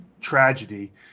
tragedy